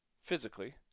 physically